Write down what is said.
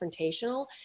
confrontational